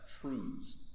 truths